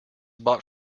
bought